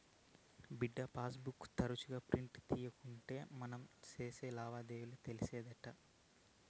బిడ్డా, passbook తరచుగా print తీయకుంటే మనం సేసే లావాదేవీలు తెలిసేటెట్టా